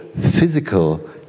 physical